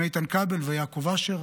עם איתן כבל ויעקב אשר.